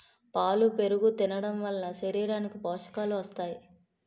పాలు పెరుగు తినడంవలన శరీరానికి పోషకాలు వస్తాయి